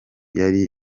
yari